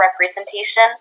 representation